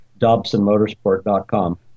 dobsonmotorsport.com